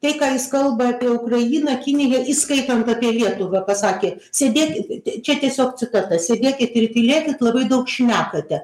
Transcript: tai ką jis kalba apie ukrainą kiniją įskaitant apie lietuvą pasakė sėdėkit čia tiesiog citata sėdėkit ir tylėkit labai daug šnekate